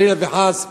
חלילה וחס,